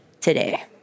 today